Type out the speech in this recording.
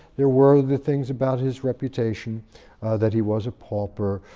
there were the things about his reputation that he was a pauper,